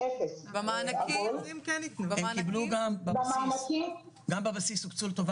הם קיבלו גם בבסיס.